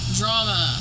drama